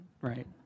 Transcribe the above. right